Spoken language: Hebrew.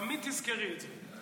תמיד תזכרי את זה.